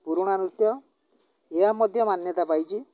ପୁରୁଣା ନୃତ୍ୟ ଏହା ମଧ୍ୟ ମାନ୍ୟତା ପାଇଛି